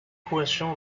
question